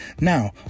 Now